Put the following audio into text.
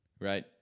right